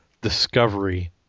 discovery